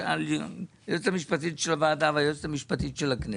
היועצת המשפטית של הוועדה והיועצת המשפטית של הכנסת,